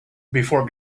before